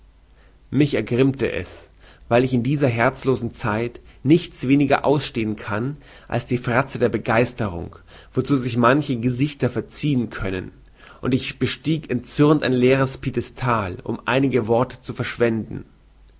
mich ergrimmte es weil ich in dieser herzlosen zeit nichts weniger ausstehen kann als die frazze der begeisterung wozu sich manche gesichter verziehen können und ich bestieg erzürnt ein leeres piedestal um einige worte zu verschwenden